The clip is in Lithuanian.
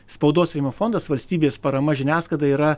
spaudos rėmimo fondas valstybės parama žiniasklaidai yra